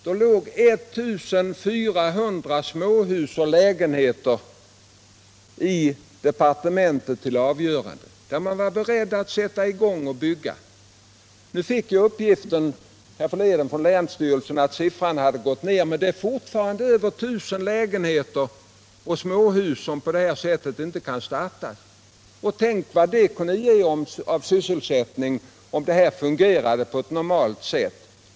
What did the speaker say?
Då låg ärenden om 1 400 småhus och lägenheter — som man var beredd att sätta i gång och bygga — i bostadsdepartementet för avgörande. Nu fick jag härförleden från länsstyrelsen uppgiften att siffran hade gått ned. Men det är fortfarande över 1 000 lägenheter och småhus som på detta sätt inte kan igångsättas. Tänk vad det kunde ge av sysselsättning om det här fungerade på ett normalt sätt!